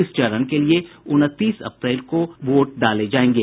इस चरण के लिए उनतीस अप्रैल को वोट डाले जायेंगे